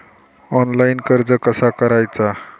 Online कर्ज कसा करायचा?